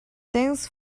thanks